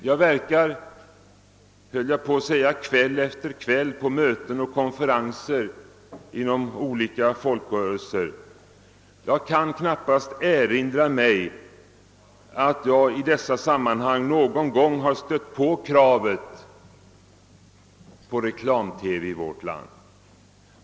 Jag verkar, kväll efter kväll, på möten och konferenser inom olika folkrörelser men kan inte erinra mig att jag i dessa sammanhang en enda gång mött kravet på reklam-TV i vårt land.